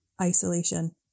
isolation